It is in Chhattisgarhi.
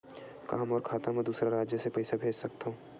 का मोर खाता म दूसरा राज्य ले पईसा भेज सकथव?